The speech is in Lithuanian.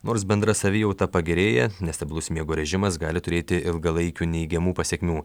nors bendra savijauta pagerėja nestabilus miego režimas gali turėti ilgalaikių neigiamų pasekmių